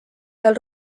seal